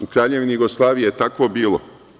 U Kraljevini Jugoslaviji je tako bilo.